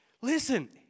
Listen